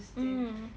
mm